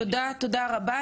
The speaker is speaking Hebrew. תודה רבה,